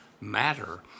matter